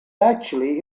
actually